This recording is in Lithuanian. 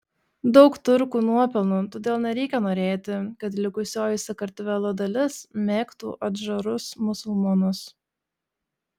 daug turkų nuopelnų todėl nereikia norėti kad likusioji sakartvelo dalis mėgtų adžarus musulmonus